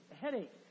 headache